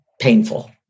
painful